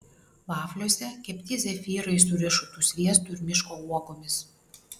vafliuose kepti zefyrai su riešutų sviestu ir miško uogomis